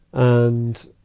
and,